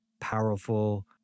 powerful